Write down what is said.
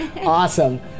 Awesome